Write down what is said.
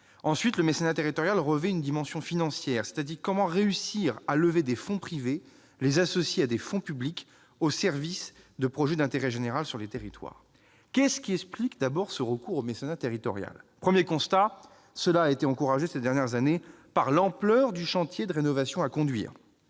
Ensuite, le mécénat territorial revêt une dimension financière : comment réussir à lever des fonds privés et à les associer à des fonds publics au service de projets d'intérêt général sur les territoires ? Qu'est-ce qui explique le recours au mécénat territorial ? Premier constat : il a été encouragé ces dernières années par l'ampleur du chantier de rénovation à conduire.